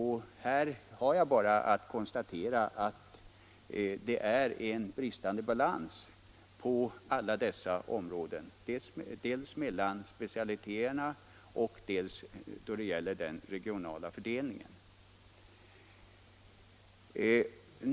Här har jag bara att konstatera att det råder bristande balans och svåra bristsituationer.